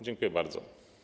Dziękuję bardzo.